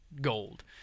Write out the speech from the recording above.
gold